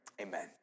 Amen